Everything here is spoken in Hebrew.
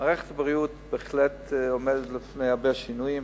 מערכת הבריאות בהחלט עומדת בפני הרבה שינויים,